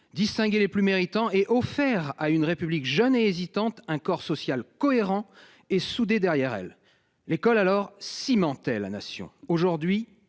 distinguer les plus méritants et offert à une république jeune hésitante un corps social cohérent et soudé derrière elle l'école alors cimenter la nation. Aujourd'hui